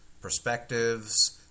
perspectives